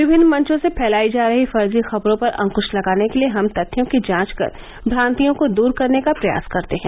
विभिन्न मंचों से फैलाई जा रहीं फर्जी खबरों पर अंकुश लगाने के लिए हम तथ्यों की जांच कर भ्रान्तियों को दूर करने का प्रयास करते हैं